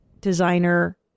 designer